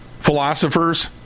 philosophers